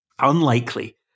unlikely